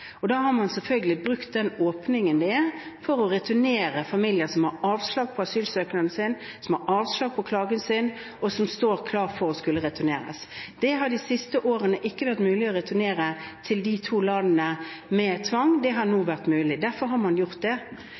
Da har man selvfølgelig brukt denne åpningen for å returnere familier som har fått avslag på asylsøknaden sin, som har fått avslag på klagen sin, og som står klare for å skulle returneres. Det har de siste årene ikke vært mulig å returnere til disse to landene med tvang. Det har nå blitt mulig, og derfor har man gjort det.